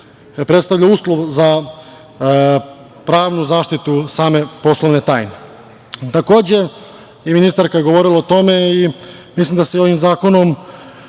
predstavlja uslov za pravnu zaštitu same poslovne tajne. Takođe i ministarka je govorila o tome i mislim da se ovim zakonom